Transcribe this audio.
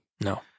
No